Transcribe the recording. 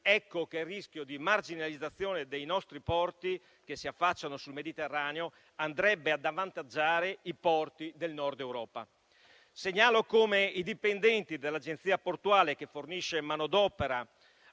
ecco che il rischio di marginalizzazione dei nostri porti che si affacciano sul Mediterraneo andrebbe ad avvantaggiare i porti del Nord Europa. Segnalo come i dipendenti dell'agenzia portuale che fornisce manodopera